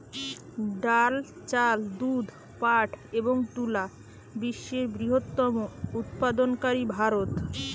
ডাল, চাল, দুধ, পাট এবং তুলা বিশ্বের বৃহত্তম উৎপাদনকারী ভারত